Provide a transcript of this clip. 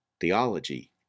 Theology